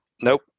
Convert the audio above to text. Nope